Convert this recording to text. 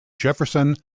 jefferson